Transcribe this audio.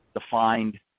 defined